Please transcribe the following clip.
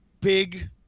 big